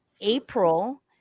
April